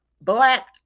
black